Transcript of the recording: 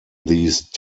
these